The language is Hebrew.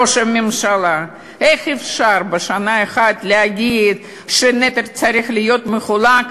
ראש הממשלה: איך אפשר בשנה אחת להגיד שהנטל צריך להיות מחולק,